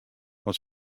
want